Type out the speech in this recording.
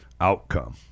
outcome